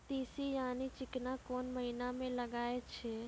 तीसी यानि चिकना कोन महिना म लगाय छै?